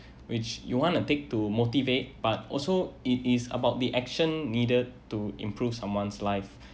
which you want to take to motivate but also it is about the action needed to improve someone's life